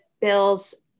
bills